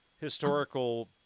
historical